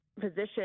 position